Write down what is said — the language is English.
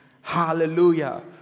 hallelujah